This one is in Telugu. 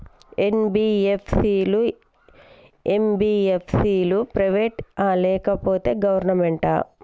ఎన్.బి.ఎఫ్.సి లు, ఎం.బి.ఎఫ్.సి లు ప్రైవేట్ ఆ లేకపోతే గవర్నమెంటా?